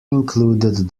included